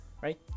right